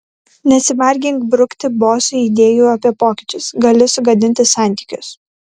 nesivargink brukti bosui idėjų apie pokyčius gali sugadinti santykius